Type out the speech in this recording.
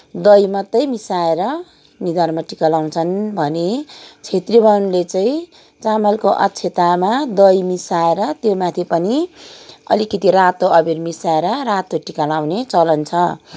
दही मात्रै मिसाएर निधारमा टिका लगाउँछन् भने छेत्री बाहुनले चाहिँ चामलको अक्षतामा दही मिसाएर त्यहीमाथि पनि अलिकति रातो अबिर मिसाएर टिका लाउने चलन छ